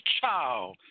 Ciao